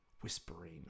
whispering